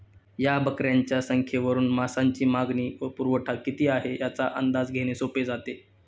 या बकऱ्यांच्या संख्येवरून मांसाची मागणी व पुरवठा किती आहे, याचा अंदाज घेणे सोपे जाते